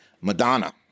Madonna